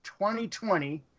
2020